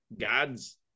God's